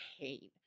pain